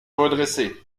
redresser